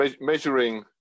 measuring